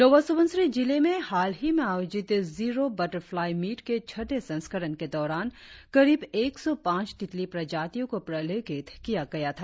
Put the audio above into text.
lower Subansiri जिले में हालही में आयोजित जीरो बटरफ्लाई मीट के छठे संस्करण के दौरान करीब एक सौ पांच तितली प्रजातियों को प्रलेखित किया गया था